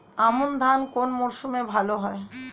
আমন ধান কোন মরশুমে ভাল হয়?